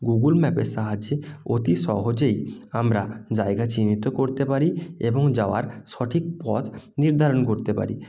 Google ম্যাপের সাহায্যে অতি সহজেই আমরা জায়গা চিহ্নিত করতে পারি এবং যাওয়ার সঠিক পথ নির্ধারণ করতে পারি